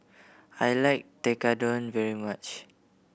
I like Tekkadon very much